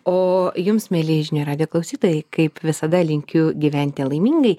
o jums mieli žinių radijo klausytojai kaip visada linkiu gyventi laimingai